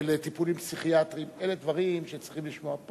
לטיפולים פסיכיאטריים, אלה דברים שצריכים לשמוע.